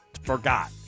forgot